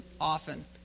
often